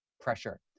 pressure